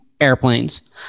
airplanes